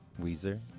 Weezer